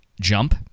jump